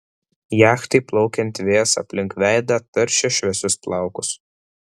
jachtai plaukiant vėjas aplink veidą taršė šviesius plaukus